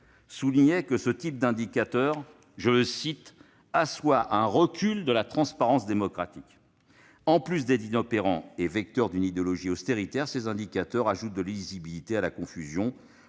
lui-même que ce type d'indicateur constituait « un recul de la transparence démocratique ». En plus d'être inopérants et vecteurs d'une idéologie austéritaire, ces indicateurs ajoutent donc de l'illisibilité à la confusion.